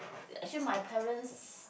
actually my parents